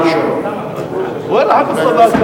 האי-אמון: מדיניות הממשלה כלכלית ואחראית,